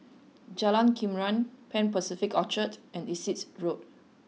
Jalan Krian Pan Pacific Orchard and Essex Road